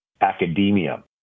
academia